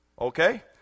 Okay